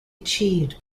achieved